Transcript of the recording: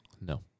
No